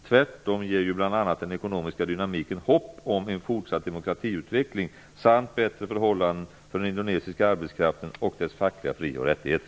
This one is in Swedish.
Tvärtom ger ju bl.a. den ekonomiska dynamiken hopp om en fortsatt demokratiutveckling samt bättre förhållanden för den indonesiska arbetskraften och dess fackliga frioch rättigheter.